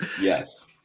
yes